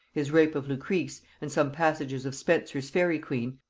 his rape of lucrece, and some passages of spenser's faery queen,